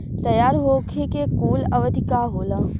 तैयार होखे के कूल अवधि का होला?